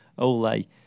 Ole